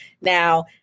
now